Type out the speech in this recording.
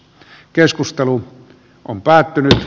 keskustelu on päättynyt